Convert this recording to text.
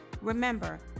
Remember